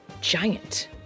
giant